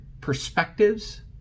perspectives